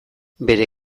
bere